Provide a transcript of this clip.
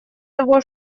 того